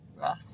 Rough